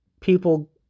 People